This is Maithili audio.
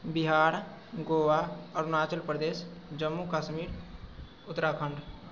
बिहार गोवा अरुणाचल प्रदेश जम्मू कश्मीर उत्तराखण्ड